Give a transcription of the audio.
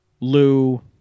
Lou